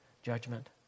judgment